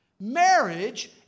Marriage